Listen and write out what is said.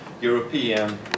European